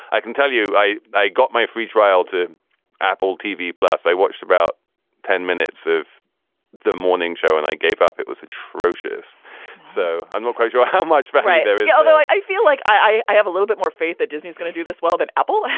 i can tell you i i got my free trial to apple tv. plus i watched about ten minutes of the morning show and i gave up it was atrocious so i'm not quite sure how much there is although i feel like i i have a little bit more faith that disney is going to do this well than apple.